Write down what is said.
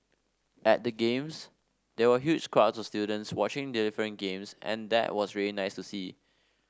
at the games there were huge crowds of students watching different games and that was really nice to see